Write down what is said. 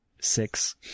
six